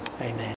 Amen